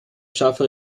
scharfe